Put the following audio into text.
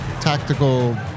tactical